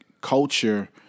culture